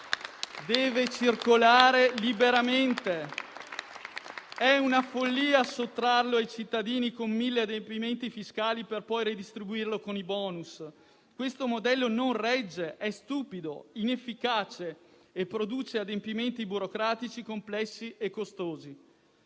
Deve circolare liberamente. È una follia sottrarlo ai cittadini con mille adempimenti fiscali per poi redistribuirlo con i bonus. Questo modello non regge: è stupido, inefficace e produce adempimenti burocratici complessi e costosi.